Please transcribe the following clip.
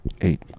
Eight